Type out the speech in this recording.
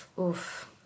Oof